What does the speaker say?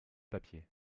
papier